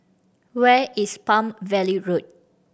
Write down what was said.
where is Palm Valley Road